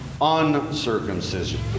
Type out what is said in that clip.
uncircumcision